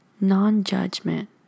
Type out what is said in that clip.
non-judgment